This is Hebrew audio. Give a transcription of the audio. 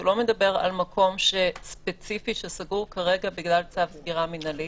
שהוא לא מדבר על מקום ספציפי שסגור בגלל צו סגירה מינהלי